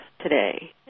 today